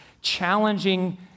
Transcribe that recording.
challenging